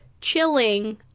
chilling